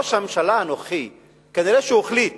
נראה שראש הממשלה הנוכחי החליט